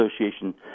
Association